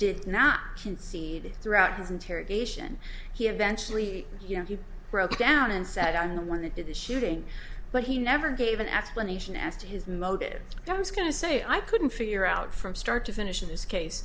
did not concede throughout his interrogation he eventually broke down and said i'm the one that did the shooting but he never gave an explanation as to his motives i was going to say i couldn't figure out from start to finish in this case